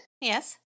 Yes